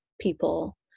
people